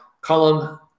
Column